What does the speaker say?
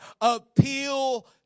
appeal